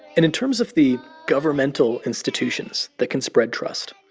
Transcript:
and in terms of the governmental institutions that can spread trust,